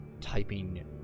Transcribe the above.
typing